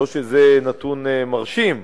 לא שזה נתון מרשים,